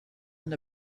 and